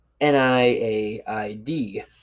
NIAID